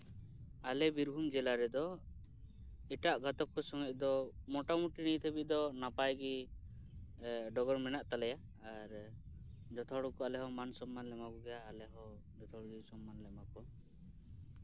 ᱟᱞᱮ ᱵᱤᱨᱵᱷᱩᱢ ᱡᱮᱞᱟ ᱨᱮᱫᱚ ᱮᱴᱟᱜ ᱜᱟᱛᱟᱠ ᱠᱚ ᱥᱚᱸᱜᱮ ᱫᱚ ᱢᱳᱴᱟᱢᱩᱴᱤ ᱱᱤᱛ ᱦᱟᱹᱵᱤᱡ ᱫᱚ ᱱᱟᱯᱟᱭ ᱜᱮ ᱰᱚᱜᱚᱨ ᱢᱮᱱᱟᱜ ᱛᱟᱞᱮᱭᱟ ᱟᱨ ᱡᱚᱛᱚ ᱦᱚᱲᱜᱮ ᱟᱞᱮ ᱦᱚᱸ ᱢᱟᱱ ᱥᱚᱱᱢᱟᱱ ᱞᱮ ᱮᱢᱟ ᱠᱚᱜᱮᱭᱟ ᱟᱞᱮᱦᱚᱸ ᱡᱚᱛᱚ ᱦᱚᱲ ᱥᱚᱱᱢᱟᱱ ᱞᱮ ᱮᱢᱟ ᱠᱚᱣᱟ